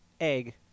egg